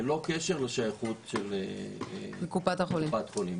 ללא קשר לשייכות לקופת החולים.